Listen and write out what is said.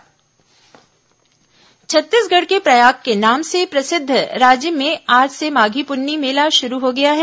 राजिम पुन्नी मेला छत्तीसगढ़ के प्रयाग के नाम से प्रसिद्ध राजिम में आज से माधी पुन्नी मेला शुरू हो गया है